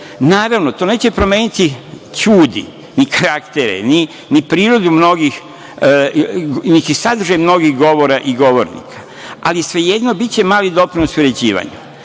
Naravno, to neće promeniti ćudi ni karaktere, ni prirodu mnogih, niti sadržaj mnogih govora i govornika, ali svejedno, biće mali doprinos uređivanja. Znači,